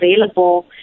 available